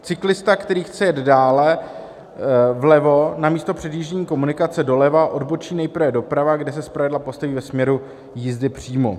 Cyklista, který chce jet dále vlevo namísto přejíždění komunikace doleva, odbočí nejprve doprava (?), kde se zpravidla postaví ve směru jízdy přímo.